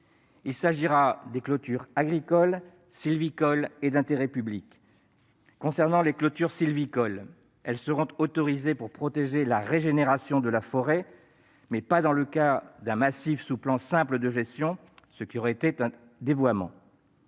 Il s'agira des clôtures agricoles, sylvicoles et d'intérêt public. Concernant les clôtures sylvicoles, elles seront autorisées pour protéger la régénération de la forêt, mais pas dans le cas d'un massif sous plan simple de gestion, ce qui aurait été un dévoiement.